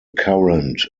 current